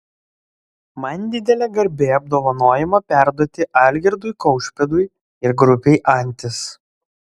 man didelė garbė apdovanojimą perduoti algirdui kaušpėdui ir grupei antis